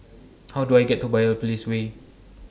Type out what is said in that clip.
How Do I get to Biopolis Way